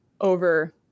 over